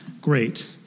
great